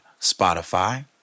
Spotify